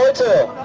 to